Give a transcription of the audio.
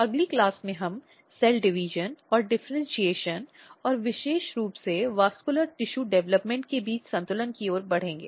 अगली कक्षा में हम सेल डिवीज़न और डिफ़र्इन्शीएशन और विशेष रूप से संवहनी ऊतक विकास के बीच संतुलन की ओर बढ़ेंगे